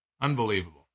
Unbelievable